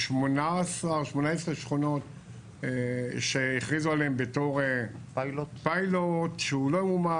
יש 18 שכונות שהכריזו עליהן בתור פיילוט שהוא לא מומש,